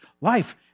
life